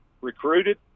recruited